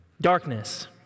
darkness